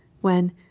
when